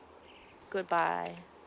good bye